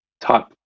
type